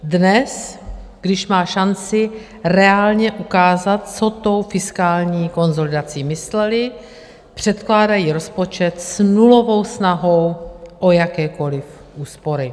Dnes, když má šanci reálně ukázat, co tou fiskální konsolidací mysleli, předkládají rozpočet s nulovou snahou o jakékoliv úspory.